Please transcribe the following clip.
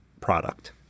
product